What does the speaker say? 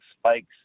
spikes